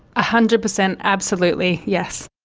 ah hundred percent absolutely, yes.